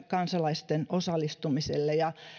kansalaisten osallistumiselle ja